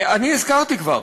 אני הזכרתי כבר